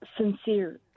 sincere